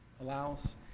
allows